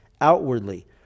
outwardly